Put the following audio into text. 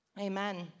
Amen